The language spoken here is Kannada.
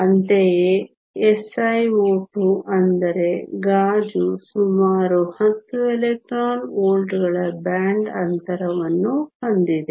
ಅಂತೆಯೇ SiO2 ಅಂದರೆ ಗಾಜು ಸುಮಾರು 10 ಎಲೆಕ್ಟ್ರಾನ್ ವೋಲ್ಟ್ಗಳ ಬ್ಯಾಂಡ್ ಅಂತರವನ್ನು ಹೊಂದಿದೆ